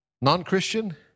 non-Christian